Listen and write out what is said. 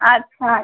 अच्छा